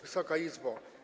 Wysoka Izbo!